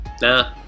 Nah